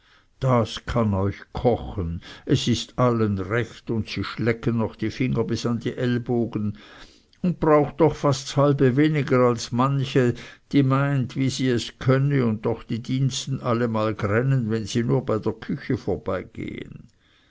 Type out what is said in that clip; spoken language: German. das kann euch kochen es ist allen recht und sie schlecken noch die finger bis an die ellbogen und braucht doch fast ds halbe weniger als manche die meint wie sie es könne und doch die diensten allemal grännen wenn sie nur bei der küche vorbeigehen